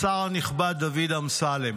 לשר הנכבד דוד אמסלם: